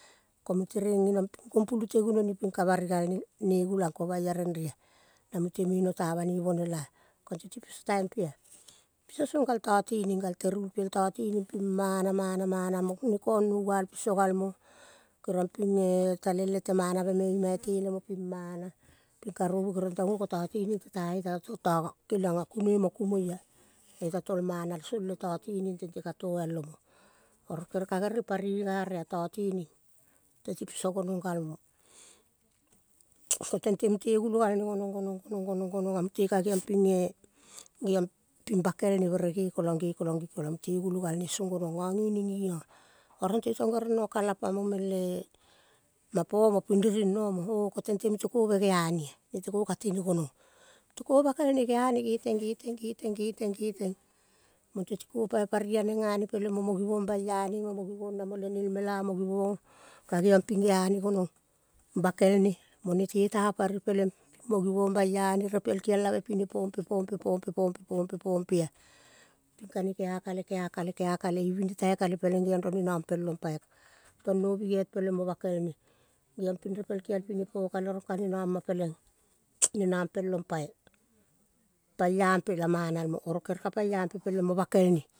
Ko mutereng geniong ping gompulu te gunani ping ka bari galne ne gulang ko baia rerea. Na mute meno ta banoi bonela. Konte ti piso taim pea. Piso song gal tating gal te rul piel tatining ping mana, mana, mana mo ne kong noval piso gal mo keriong pinge tale lete manave ima itele mo pimana ping karovu gerel tango ko tatining te taio ta kelionga kunoi mo kumoia tong iota tol manal sol ie tatining tente ka toial omo. Oro kere ka gerel pari igare a tatining teti piso gonong galmo. ko tente mute gulo galne gonong, gonang, gononga mute ka geong pinge. Geong ping bakelne bere ge kolang, gekolang, gekolang mute gulogalne song gonong. Ngangining ngionga. Oro nte tong gere no kalap amomeng le mapomo ping riring nomo o-ko tente muteko begeannea. Nete ko ka tene gonong. Mutiko bakelne geane geteng, geteng, geteng, geteng mote tiko pai pari aneng ngane peleng mo mo givong bai ane geang ping geane gonong. Bakel ne mo nete ta pari peleng pimo givong baiane repel kialave pine pompe, pompe, pompe, pompe, pompe, pompe, pompea pikane kea kale, kea kale, kea kale. Ivine tai kele peleng geong rong ne rampel ong pai. Tono bigiait peleng mo bakel ne. Geong ping repel kial pine po kale rong kane nama peleng ne nampelong pai. Paiampe la manal mo. Oro kere ka paiampe peleng mo bakel ne.